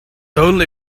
only